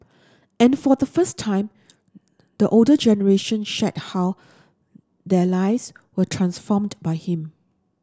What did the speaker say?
and for the first time the older generation shared how their lives were transformed by him